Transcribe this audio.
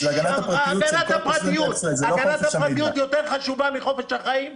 הגנת הפרטיות יותר חשובה מחופש החיים?